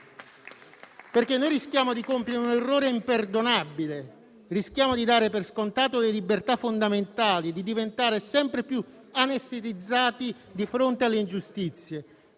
Rischiamo infatti di compiere un errore imperdonabile, di dare per scontate le libertà fondamentali e di diventare sempre più anestetizzati di fronte alle ingiustizie.